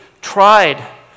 tried